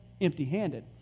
empty-handed